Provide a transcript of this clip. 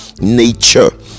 nature